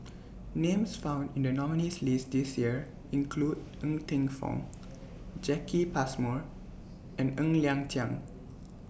Names found in The nominees' list This Year include Ng Teng Fong Jacki Passmore and Ng Liang Chiang